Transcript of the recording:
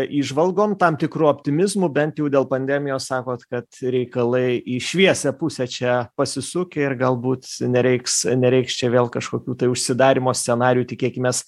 įžvalgom tam tikru optimizmu bent jau dėl pandemijos sakot kad reikalai į šviesią pusę čia pasisukę ir galbūt nereiks nereiks čia vėl kažkokių tai užsidarymo scenarijų tikėkimės